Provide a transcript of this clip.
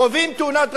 חווים תאונת דרכים,